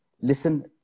Listen